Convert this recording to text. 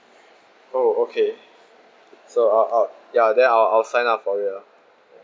oh okay so I'll I'll ya then I'll I'll sign up for it ya